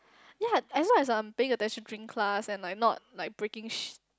ya as long as I'm paying attention during class and like not like breaking sh~